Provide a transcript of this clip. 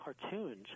cartoons